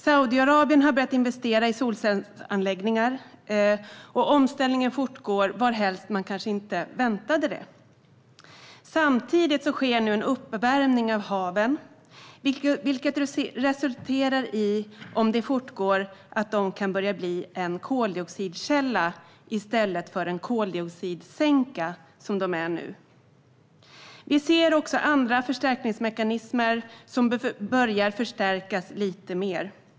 Saudiarabien har börjat investera i solcellsanläggningar, och omställningen fortgår även där man kanske inte väntat sig det. Samtidigt sker nu en uppvärmning av haven, som, om den fortgår, kan resultera i att de börjar bli en koldioxidkälla i stället för en koldioxidsänka, som de nu är. Vi ser också andra förstärkningsmekanismer som börjar förstärkas ännu lite mer.